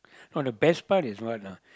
no the best part is what lah